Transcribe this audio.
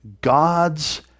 God's